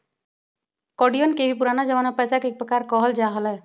कौडियवन के भी पुराना जमाना में पैसा के एक प्रकार कहल जा हलय